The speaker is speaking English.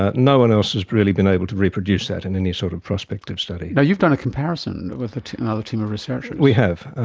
ah no one else has really been able to reproduce that in any sort of prospective study. you've done a comparison with another team of researchers. we have.